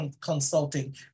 consulting